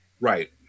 Right